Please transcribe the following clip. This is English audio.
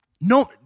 no